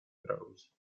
throws